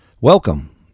Welcome